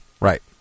Right